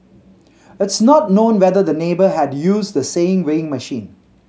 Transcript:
it's not known whether the neighbour had used the same weighing machine